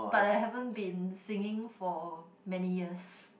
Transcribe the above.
but I haven't been singing for many years